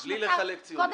אז בלי לחלק ציונים.